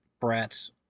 brats